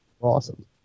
awesome